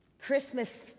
Christmas